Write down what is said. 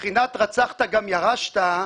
בבחינת רצחת גם ירשת,